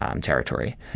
territory